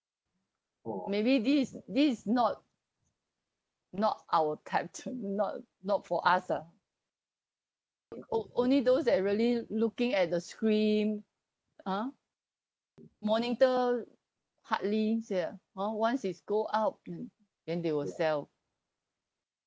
maybe this is this is not not our time not not for us ah o~ only those that are really looking at the screen ha monitor hardly sia hor once it's go up mm then they will sell